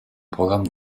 programme